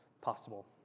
possible